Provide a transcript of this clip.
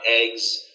eggs